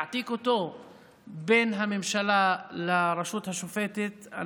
בין הממשלה לרשות השופטת,